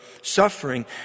suffering